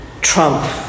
Trump